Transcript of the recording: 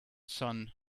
sun